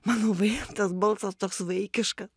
man labai tas balsas toks vaikiška